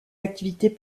activités